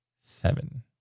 seven